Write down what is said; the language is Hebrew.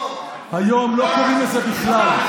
היום לא קוראים לזה בכלל.